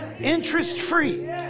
interest-free